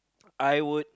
I would